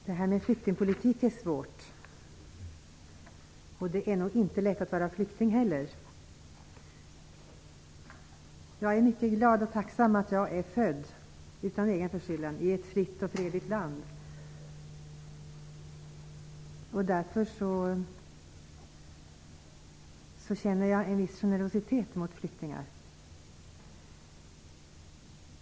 Herr talman! Flyktingpolitik är svårt -- och det är nog inte lätt att vara flykting heller. Jag är mycket glad och tacksam att jag är född -- utan egen förskyllan -- i ett fritt och fredligt land, och därför känner jag en viss generositet mot flyktingar.